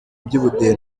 by’ubudehe